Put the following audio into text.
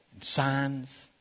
signs